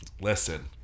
Listen